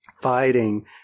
fighting